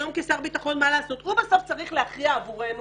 היום, כשר ביטחון, הוא צריך להכריע עבורנו